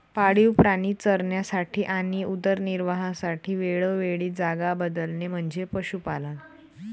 पाळीव प्राणी चरण्यासाठी आणि उदरनिर्वाहासाठी वेळोवेळी जागा बदलणे म्हणजे पशुपालन